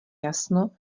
jasno